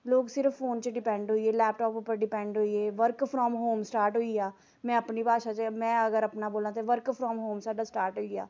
लोक सिर्फ फोन च गै डिपैंड होई गे लैपटाप उप्पर डिपैंड होई गे वर्क फ्राम होम स्टार्ट होई गेआ में अपनी भाशा च में अगर अपना बोलां ते वर्क फ्राम होम साढ़ा स्टार्ट होई गेआ